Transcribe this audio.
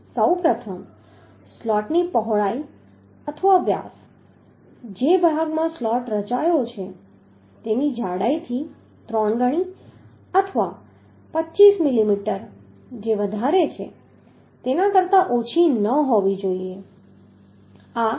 સૌપ્રથમ સ્લોટ ની પહોળાઈ અથવા વ્યાસ જે ભાગમાં સ્લોટ રચાયો છે તેની જાડાઈથી ત્રણ ગણી અથવા 25 મિલીમીટર જે વધારે છે તેના કરતાં ઓછી ન હોવી જોઈએ